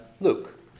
Luke